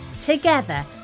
Together